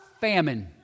famine